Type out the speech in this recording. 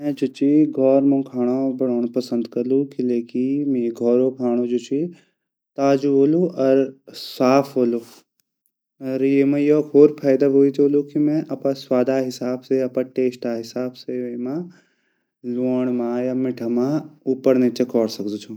मैं जु ची घोर मू खांडो बडोड़ पसंद करलु किलेकी मेरा घोरो खांडो ताज़ा वोलु अर साफ़ वोलु अर येमा योक होर फायदा वे जोलु की मैं अपरा स्वादा हिसाब से अर अपा टेस्टा हिसाब से लवंड म या मीठा मा ऊपर निचे कोर सकदु ची।